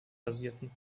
basierten